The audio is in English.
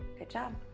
good job.